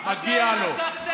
לפיד שאל, לא אנחנו.